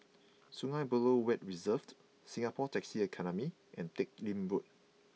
Sungei Buloh Wetland Reserve Singapore Taxi Academy and Teck Lim Road